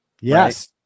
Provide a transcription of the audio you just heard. Yes